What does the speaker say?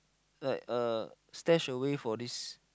like uh stash away for this